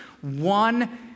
one